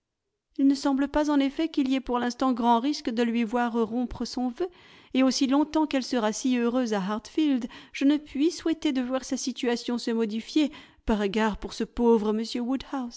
il ne semble pas en effet qu'il y ait pour l'instant grand risque de lui voir rompre son vœu et aussi longtemps qu'elle sera si heureuse à hartfield je ne puis souhaiter de voir sa situation se modifier par égard pour ce pauvre